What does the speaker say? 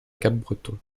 capbreton